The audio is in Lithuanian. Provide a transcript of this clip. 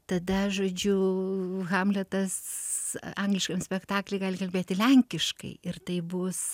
tada žodžiu hamletas angliškam spektakly gali kalbėti lenkiškai ir tai bus